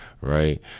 Right